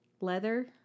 leather